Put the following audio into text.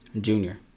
Junior